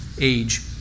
age